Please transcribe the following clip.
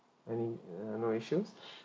any uh no issues